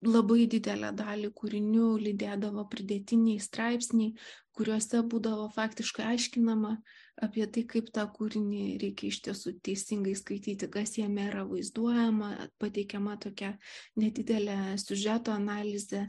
labai didelę dalį kūrinių lydėdavo pridėtiniai straipsniai kuriuose būdavo faktiškai aiškinama apie tai kaip tą kūrinį reikia iš tiesų teisingai skaityti kas jame yra vaizduojama pateikiama tokia nedidelė siužeto analizė